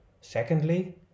Secondly